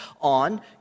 on